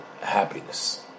happiness